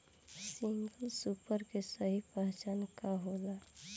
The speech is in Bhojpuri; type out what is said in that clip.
सिंगल सूपर के सही पहचान का होला?